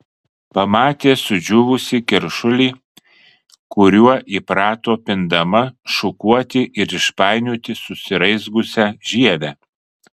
pamatė sudžiūvusį keršulį kuriuo įprato pindama šukuoti ir išpainioti susiraizgiusią žievę